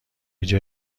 جای